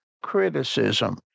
criticism